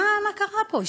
מה, מה קרה פה?